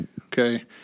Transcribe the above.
okay